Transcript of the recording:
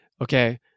okay